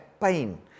pain